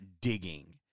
digging